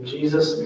Jesus